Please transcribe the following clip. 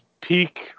peak